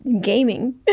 gaming